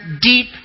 deep